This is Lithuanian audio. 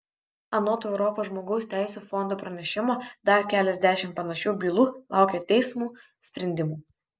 anot europos žmogaus teisių fondo pranešimo dar keliasdešimt panašių bylų laukia teismų sprendimų